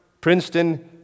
Princeton